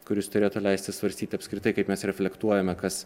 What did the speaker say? kuris turėtų leisti svarstyti apskritai kaip mes reflektuojame kas